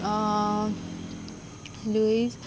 Luis